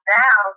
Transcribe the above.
now